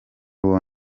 uwo